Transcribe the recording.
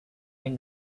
been